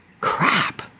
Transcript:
crap